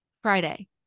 Friday